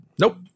Nope